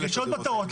יש עוד מטרות.